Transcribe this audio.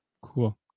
cool